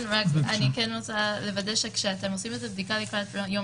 אני כן רוצה לוודא שכשאתם עושים את הבדיקה לקראת יום